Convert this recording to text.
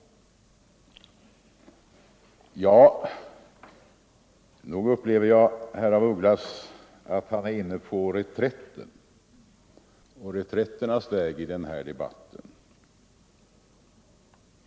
Nog upplever jag det så att herr af Ugglas är inne på reträtternas väg i den här debatten.